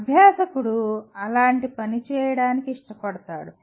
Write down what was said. అభ్యాసకుడు అలాంటి పని చేయడానికి ఇష్టపడతాడు